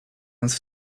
nas